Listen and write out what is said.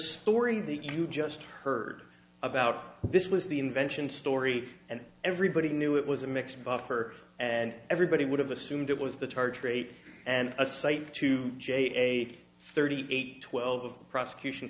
story that you just heard about this was the invention story and everybody knew it was a mixed buffer and everybody would have assumed it was the charge rate and a cite to j a thirty eight twelve prosecution